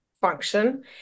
function